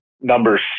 numbers